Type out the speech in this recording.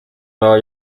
nueva